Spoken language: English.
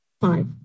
five